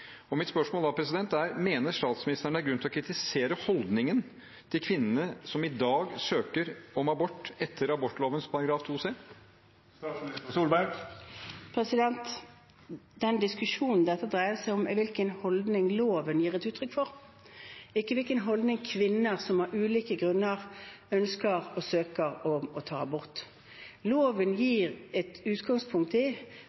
er da: Mener statsministeren at det er grunn til å kritisere holdningen til kvinner som i dag søker om abort etter abortloven § 2c? Diskusjonen dette dreier seg om, er hvilken holdning loven gir uttrykk for, ikke holdningen til kvinner som av ulike grunner ønsker og søker om å ta abort. Loven tar utgangspunkt i